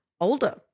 older